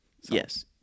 Yes